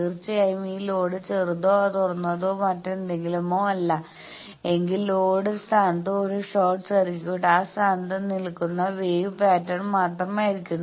തീർച്ചയായും ഈ ലോഡ് ചെറുതോ തുറന്നതോ മറ്റെന്തെങ്കിലുമോ അല്ല എങ്കിൽ ലോഡിന്റെ സ്ഥാനത്ത് ഒരു ഷോർട്ട് സർക്യൂട്ടിൽ ആ സ്ഥാനത്ത് നിൽക്കുന്ന വേവ് പാറ്റേൺ മാത്രമായിരിക്കും